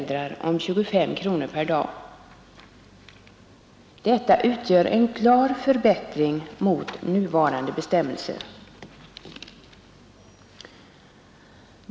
Detta utgör en klar förbättring mot nuvarande bestämmelser.